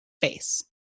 face